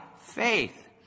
faith